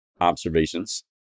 observations